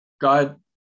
God